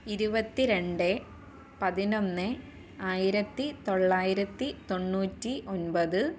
ഇരുപത്തിരണ്ട് പതിനൊന്ന് ആയിരത്തി തൊള്ളായിരത്തി തൊണ്ണൂറ്റി ഒൻപത്